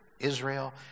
Israel